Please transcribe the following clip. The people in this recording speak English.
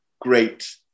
great